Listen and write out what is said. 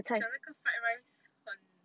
你讲那个 fried rice 很